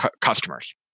customers